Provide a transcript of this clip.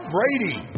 Brady